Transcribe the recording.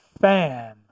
fan